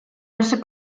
darse